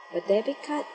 but debit card